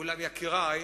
אולם יקירי,